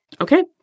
okay